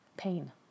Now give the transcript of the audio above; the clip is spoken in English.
pain